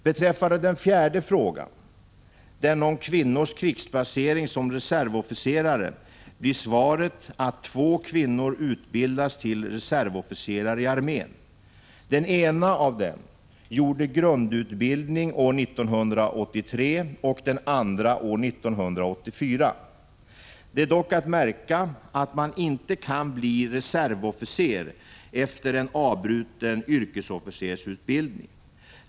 Beträffande den fjärde frågan, den om kvinnors krigsplacering som reservofficerare, blir svaret att två kvinnor utbildas till reservofficerare i armén. Den ena av dem gjorde grundutbildningen år 1983 och den andra år 1984. Det är dock att märka att man inte kan bli reservofficer efter en avbruten yrkesofficersutbildning.